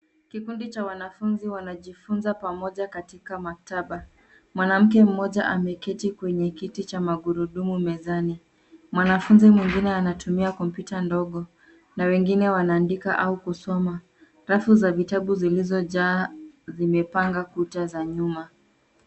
Kikundi cha wanafunzi wanajifunza pamoja katika maktaba. Mwanamke mmoja ameketi kwenye kiti cha magurudumu mezani. Mwanafunzi mwingine anatumia kompyuta ndogo na wengine wanaandika au kusoma. Rafu za vitabu zilizojaa zimepanga kuta za nyuma.